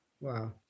Wow